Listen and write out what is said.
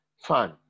fun